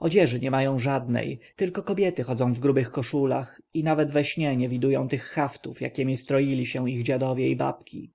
odzieży nie mają żadnej tylko kobiety chodzą w grubych koszulach i nawet we śnie nie widują tych haftów jakiemi stroili się ich dziadowie i babki